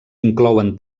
inclouen